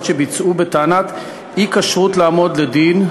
שביצעו בטענת אי-כשרות לעמוד לדין,